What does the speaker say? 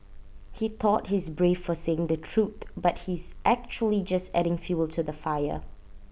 he thought he is brave for saying the truth but he is actually just adding fuel to the fire